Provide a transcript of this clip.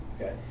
Okay